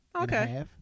Okay